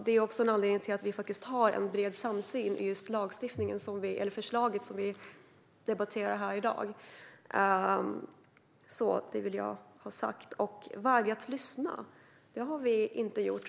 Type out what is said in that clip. Det är en anledning till att vi har en bred samsyn i det förslag som vi debatterar här i dag. Detta vill jag ha sagt. Adam Marttinen säger att vi vägrar att lyssna. Det har vi inte gjort.